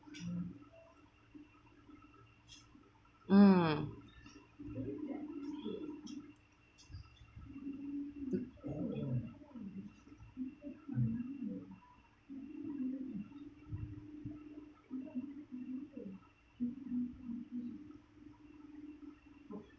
mm